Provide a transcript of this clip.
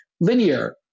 linear